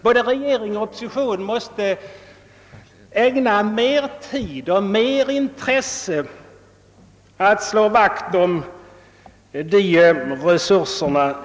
Både regeringen och oppositionen måste ägna mer tid och större intresse åt att slå vakt om de resurserna.